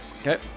Okay